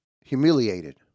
humiliated